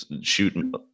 shoot